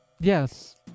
Yes